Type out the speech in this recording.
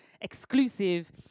exclusive